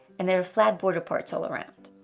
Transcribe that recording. and there are flat border parts all around.